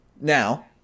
Now